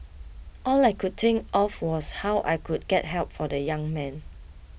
all I could think of was how I could get help for the young man